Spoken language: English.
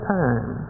time